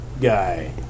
guy